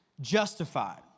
Justified